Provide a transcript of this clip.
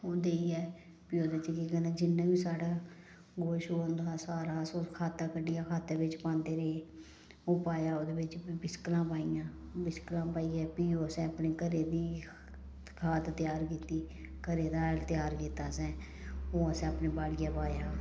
ओह् देइयै फ्ही ओह्दे च केह् करना जिन्नें बी साढ़ा गोहा शोआ होंदा सारा अस उस खाते कड्ढियै खाते बिच्च पांदे रेह् ओह् पाया ओह्दे बिच्च बिसकलां पाइयां बिसकलां पाइयै फ्ही असें अपने घरै दी खाद त्यार कीती घरै दा हैल त्यार कीता असें ओह् असें अपने बाड़ियै पाया